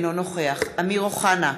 אינו נוכח אמיר אוחנה,